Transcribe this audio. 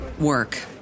work